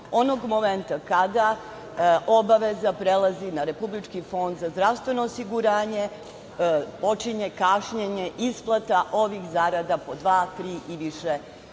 momenta kada obaveza prelazi na Republički fond za zdravstveno osiguranje počinje kašnjenje isplata ovih zakona po dva, tri i više